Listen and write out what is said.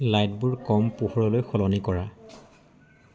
লাইটবোৰ কম পোহৰলৈ সলনি কৰা